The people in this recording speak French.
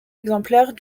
exemplaire